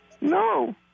No